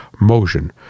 motion